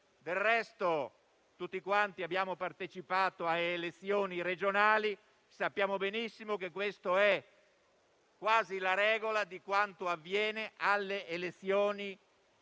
Del resto, tutti quanti abbiamo partecipato a elezioni regionali. Sappiamo benissimo che questa è quasi la regola per quanto avviene alle elezioni regionali,